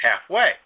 halfway